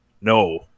No